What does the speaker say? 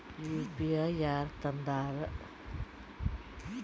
UPI ಯಾರ್ ತಂದಾರ?